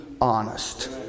honest